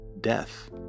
death